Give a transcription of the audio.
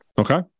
Okay